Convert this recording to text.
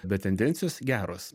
bet tendencijos geros